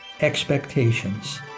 expectations